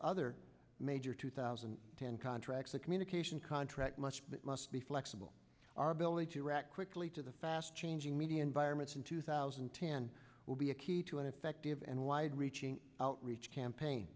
other major two thousand and ten contracts the communication contract much must be flexible our ability to react quickly to the fast changing media environment in two thousand and ten will be a key to an effective and wide reaching outreach campaign